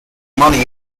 money